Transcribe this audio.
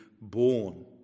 born